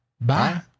bye